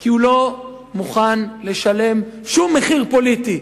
כי הוא לא מוכן לשלם שום מחיר פוליטי.